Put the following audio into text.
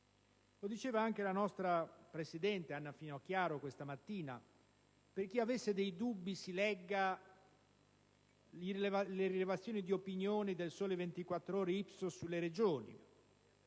Lo diceva anche la nostra presidente Anna Finocchiaro questa mattina. Per chi avesse dei dubbi si legga le rilevazioni di opinioni Ipsos de «Il Sole 24 Ore» sulle Regioni.